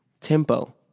tempo